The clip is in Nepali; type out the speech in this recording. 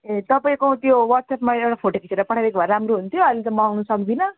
ए तपाईँको त्यो वाट्सएपमा एउटा फोटो खिचेर पठाइदिएको भए राम्रो हुन्थ्यो अहिले त म आउनु सक्दिनँ